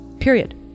period